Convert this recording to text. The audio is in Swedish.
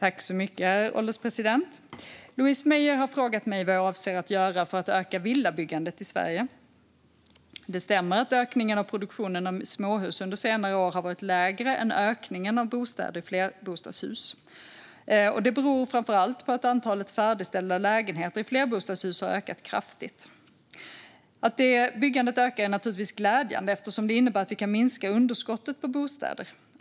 Herr ålderspresident! Louise Meijer har frågat mig vad jag avser att göra för att öka villabyggandet i Sverige. Det stämmer att ökningen av produktionen av småhus under senare år har varit lägre än ökningen av bostäder i flerbostadshus. Det beror framför allt på att antalet färdigställda lägenheter i flerbostadshus har ökat kraftigt. Att detta byggande ökar är naturligtvis glädjande eftersom det innebär att vi kan minska underskottet på bostäder.